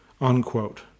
unquote